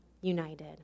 united